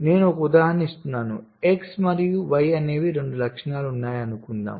నేను ఒక ఉదాహరణ ఇస్తున్నాను X మరియు Y అనేవి రెండు లక్షణాలు ఉన్నాయని అనుకుందాం